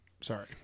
Sorry